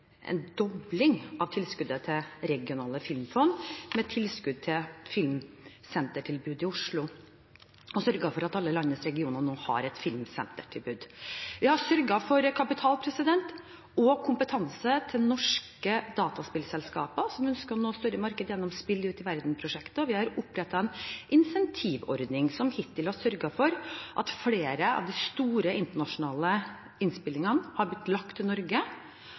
en dobling av tilskuddet til regionale filmfond, med tilskudd til et filmsentertilbud i Oslo, og vi har sørget for at alle landets regioner nå har et filmsentertilbud. Vi har sørget for kapital og kompetanse til norske dataspillselskaper, som ønsker å styre markedet gjennom Spill ut i verden-prosjektet. Og vi har opprettet en incentivordning som hittil har sørget for at flere av de store internasjonale innspillingene har blitt lagt til Norge,